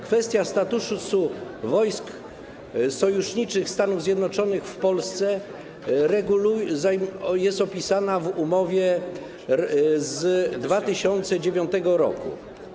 Kwestia statusu wojsk sojuszniczych Stanów Zjednoczonych w Polsce jest opisana w umowie z 2009 r.